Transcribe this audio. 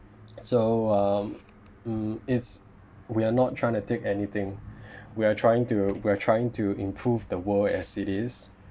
so um mm it's we're not trying to take anything we're trying to we're trying to improve the world as it is